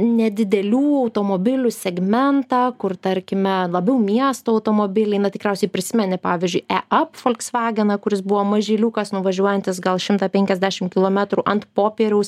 nedidelių automobilių segmentą kur tarkime labiau miesto automobiliai na tikriausiai prisimeni pavyzdžiui e ap folksvageną kuris buvo mažyliukas nuvažiuojantis gal šimtą penkiasdešim kilometrų ant popieriaus